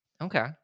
Okay